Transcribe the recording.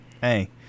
hey